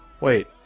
Wait